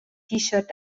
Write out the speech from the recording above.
shirt